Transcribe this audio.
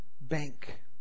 bank